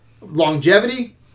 longevity